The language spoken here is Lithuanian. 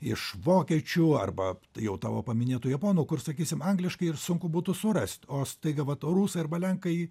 iš vokiečių arba jau tavo paminėtų japonų kur sakysim angliškai ir sunku būtų surast o staiga vat rusai arba lenkai